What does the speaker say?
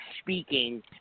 speaking